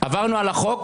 עברנו על החוק